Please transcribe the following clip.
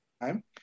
time